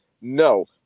No